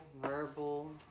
verbal